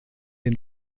den